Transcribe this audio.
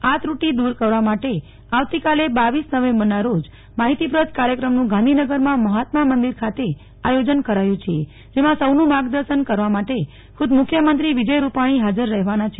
આ ત્રુટિ દૂર કરવા માટે આવતી કાલ ના રોજ માહિતીપ્રદ કાર્યક્રમ નું ગાંધીનગર માં મહાત્મા મંદિર ખાતે આયોજન કરાયું છે જેમાં સૌનું માર્ગદર્શન કરવા માટે ખુદ મુખ્યમંત્રી વિજય રૂપાણી હાજર રહેવાના છે